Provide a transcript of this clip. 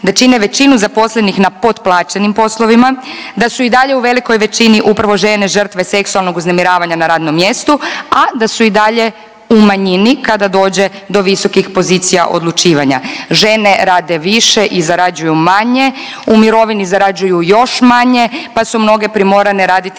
da čine većinu zaposlenih na potplaćenim poslovima, da su i dalje u velikoj većini upravo žene žrtve seksualnog uznemiravanja na radnom mjestu, a da su i dalje u manjini kada dođe do visokih pozicija odlučivanja. Žene rade više i zarađuju manje, u mirovini zarađuju još manje pa su mnoge primorane raditi